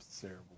terrible